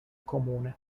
comune